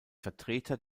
vertreter